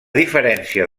diferència